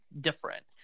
different